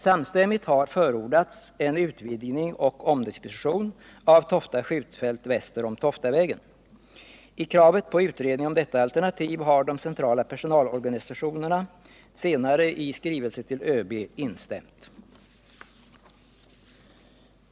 Samstämmigt har förordats en utvidgning och omdisposition av Tofta skjutfält väster om Toftavägen. I kravet på utredning av detta alternativ har de centrala personalorganisationerna senare i skrivelse till ÖB instämt.